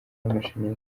n’amashanyarazi